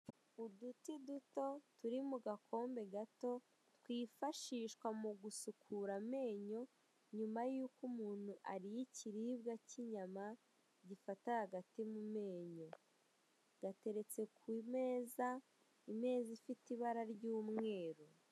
Uduti duto turi mu gakombe gato twifashishwa mu gusukura amenyo nyuma y'uko umuntu ariye ikiribwa cy'inyama gifata hagati mu menyo, gateretse ku meza, imeza ifite ibara ry'umweru.